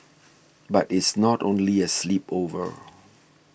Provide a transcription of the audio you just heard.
but it's not only a sleepover